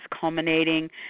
culminating